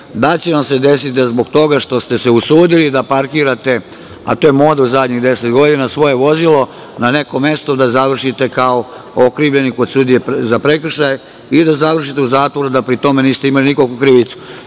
li će vam se desiti da, zbog toga što ste se usudili parkirate, a to je moda u zadnjih 10 godina, svoje vozilo na neko mesto, da završite kao okrivljeni kod sudije za prekršaje i da završite u zatvoru, da pri tome niste imali nikakvu krivicu.